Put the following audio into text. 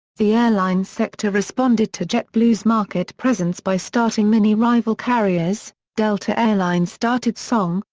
the airline sector responded to jetblue's market presence by starting mini-rival carriers delta air lines started song,